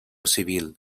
civil